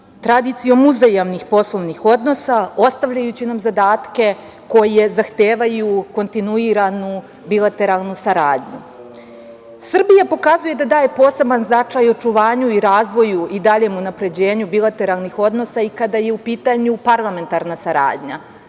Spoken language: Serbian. tradicijom uzajamnih poslovnih odnosa, ostavljajući nam zadatke koje zahtevaju kontinuiranu bilateralnu saradnju. Srbija pokazuje da daje poseban značaj očuvanju i razvoju i daljem unapređenju bilateralnih odnosa i kada je u pitanju parlamentarna saradnja,